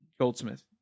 Goldsmith